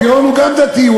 פירון הוא גם דתי.